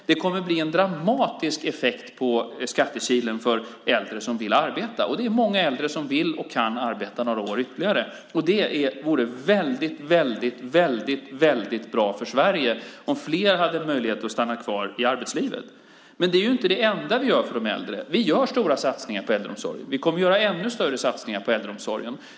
Det kommer att bli en dramatisk effekt på skattekilen för äldre som vill arbeta, och det är många äldre som vill och kan arbeta några år ytterligare. Det vore väldigt, väldigt bra för Sverige om fler hade möjlighet att stanna kvar i arbetslivet. Men detta är inte det enda vi gör för de äldre. Vi gör stora satsningar på äldreomsorgen och kommer att göra ännu större satsningar på äldreomsorgen.